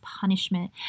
punishment